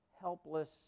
helpless